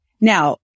Now